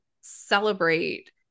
celebrate